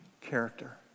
character